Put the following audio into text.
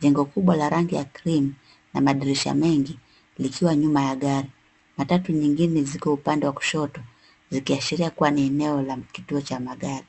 Jengo kubwa la rangi ya cream na madirisha mengi likiwa nyuma ya gari. Matatu nyingine ziko upande wa kushoto zikiashiria kuwa ni eneo la kituo cha magari.